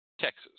Texas